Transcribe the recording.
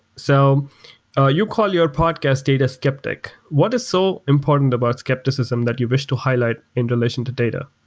so ah you call your podcast data skeptic. what is so important about skepticism that you wish to highlight in relation to data?